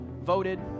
voted